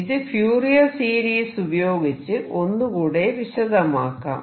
ഇത് Fourier series ഉപയോഗിച്ച് ഒന്നുകൂടെ വിശദമാക്കാം